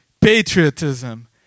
patriotism